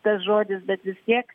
tas žodis bet vis tiek